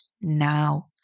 now